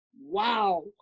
wow